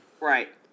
right